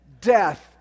Death